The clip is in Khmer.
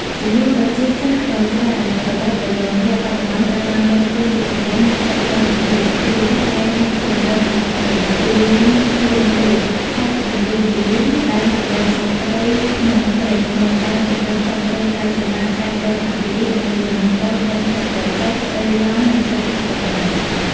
ចំនួនប្រជាសាស្ត្រដ៏ច្រើនរបស់ត្រយងយក្សបច្ចុប្បន្នត្រូវបានរកឃើញជាចម្បងនៅ ខេត្តព្រះវិហារ ជាពិសេសដែនជម្រកសត្វព្រៃ គូលែនព្រហ្មទេព ខេត្តមណ្ឌលគិរី ដែនជម្រកសត្វព្រៃ ភ្នំព្រេច និងដែនជម្រកសត្វព្រៃ កែវសីមា ខេត្តរតនគិរី និងមួយចំនួនតូចនៅ ខេត្តក្រចេះ ព្រៃឡង់ និង ខេត្តស្ទឹងត្រែង។